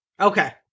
Okay